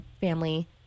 family